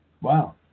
wow